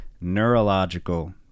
neurological